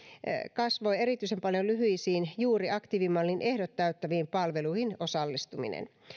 kasvoi erityisen paljon lyhyisiin juuri aktiivimallin ehdot täyttäviin palveluihin osallistuminen